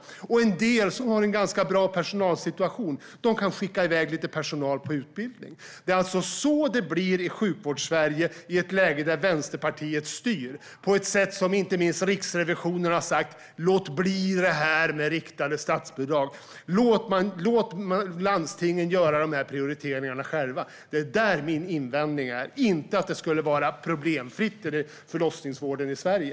Och en del som har en ganska bra personalsituation kan skicka iväg lite personal på utbildning. Det är alltså så det blir i Sjukvårdssverige i ett läge där Vänsterpartiet styr. Inte minst Riksrevisionen har sagt: Låt bli riktade statsbidrag! Låt landstingen göra prioriteringarna själva! Det är där min invändning är. Det handlar inte om att det skulle vara problemfritt i förlossningsvården i Sverige.